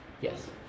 Yes